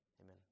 amen